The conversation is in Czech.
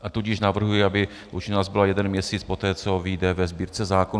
A tudíž navrhuji, aby účinnost byla jeden měsíc poté, co vyjde ve Sbírce zákonů.